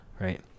right